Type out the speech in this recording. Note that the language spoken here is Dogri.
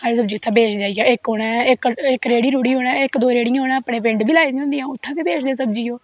सब्जी उत्थैं बेचदे आईयै इस रेह्ड़ी रहूड़ी उनैं इक दो रहेड़ियां उनैं अपने पिंड बी लाई दियां होंदियां उत्थें बी बेचदे सब्जी ओह्